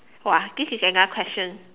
!wah! this is another question